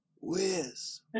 whiz